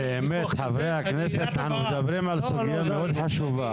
חברי הכנסת, אנחנו מדברים על סוגיה מאוד חשובה.